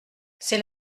c’est